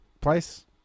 place